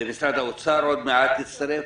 ומשרד האוצר עוד מעט יצטרף.